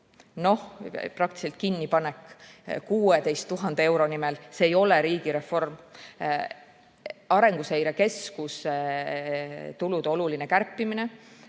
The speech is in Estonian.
praktiliselt kinnipanek 16 000 euro nimel ei ole riigireform. Arenguseire Keskuse tulude oluline kärpimine